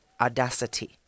Audacity